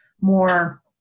more